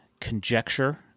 conjecture